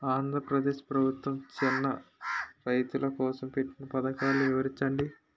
ఆంధ్రప్రదేశ్ ప్రభుత్వ చిన్నా రైతుల కోసం పెట్టిన పథకాలు వివరించండి?